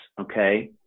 okay